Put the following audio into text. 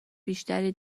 بیشتری